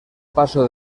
paso